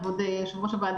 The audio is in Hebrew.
כבוד היושב-ראש,